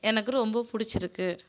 எனக்கு ரொம்ப பிடிச்சிருக்கு